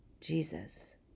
Jesus